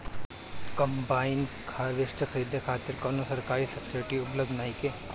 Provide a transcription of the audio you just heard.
Combine harvester खरीदे खातिर कउनो सरकारी सब्सीडी उपलब्ध नइखे?